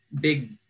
big